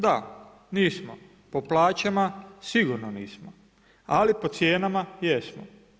Da, nismo, po plaćama sigurno nismo ali po cijenama jesmo.